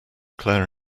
claire